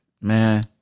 man